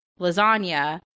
lasagna